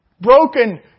broken